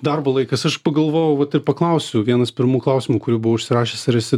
darbo laikas aš pagalvojau vat ir paklausiu vienas pirmų klausimų kurį buvau užsirašęs ar esi